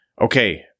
Okay